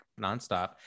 nonstop